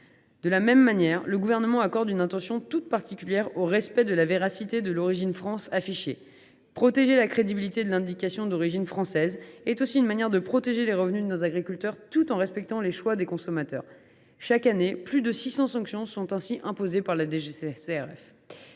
De la même manière, le Gouvernement accorde une attention toute particulière au respect de la véracité de l’origine France affichée. Protéger la crédibilité de l’indication d’origine française est aussi une manière de protéger les revenus de nos agriculteurs, tout en respectant les choix des consommateurs. Chaque année, plus de 600 sanctions sont ainsi imposées par la DGCCRF.